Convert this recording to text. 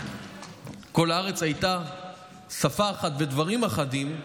ו"כל הארץ הייתה שפה אחת ודברים אחדים",